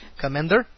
Commander